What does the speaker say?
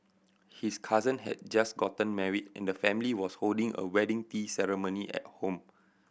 his cousin had just gotten married and the family was holding a wedding tea ceremony at home